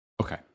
Okay